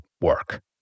work